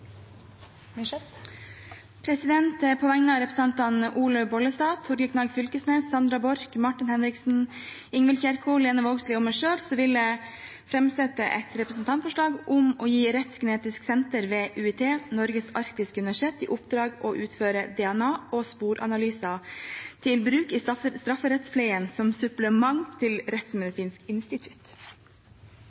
representantforslag. På vegne av representantene Olaug V. Bollestad, Torgeir Knag Fylkesnes, Sandra Borch, Martin Henriksen, Ingvild Kjerkol, Lene Vågslid og meg selv vil jeg fremsette et representantforslag om å gi Rettsgenetisk senter ved UiT Norges Arktiske Universitet i oppdrag å utføre DNA- og sporanalyser til bruk i strafferettspleien, som supplement til Rettsmedisinsk Institutt.